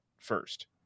First